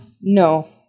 No